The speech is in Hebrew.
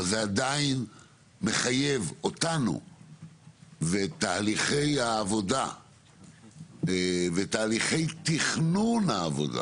אבל זה עדיין מחייב אותנו בתהליכי העבודה ובתהליכי תכנון העבודה,